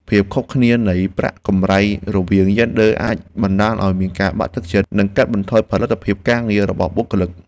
ភាពខុសគ្នានៃប្រាក់កម្រៃរវាងយេនឌ័រអាចបណ្តាលឱ្យមានការបាក់ទឹកចិត្ត និងកាត់បន្ថយផលិតភាពការងាររបស់បុគ្គលិក។